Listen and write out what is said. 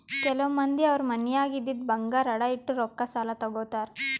ಕೆಲವ್ ಮಂದಿ ಅವ್ರ್ ಮನ್ಯಾಗ್ ಇದ್ದಿದ್ ಬಂಗಾರ್ ಅಡ ಇಟ್ಟು ರೊಕ್ಕಾ ಸಾಲ ತಗೋತಾರ್